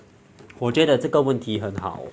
我觉得这个问题很好